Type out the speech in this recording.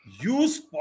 use